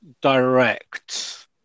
direct